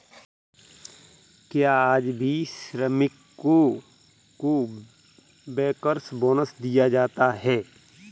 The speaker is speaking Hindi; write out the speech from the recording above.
क्या आज भी श्रमिकों को बैंकर्स बोनस दिया जाता है?